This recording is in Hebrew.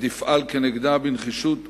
ותפעל נגדה בנחישות ובמהירות.